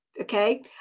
okay